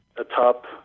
atop